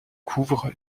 couvre